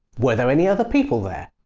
were there any other people there?